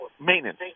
maintenance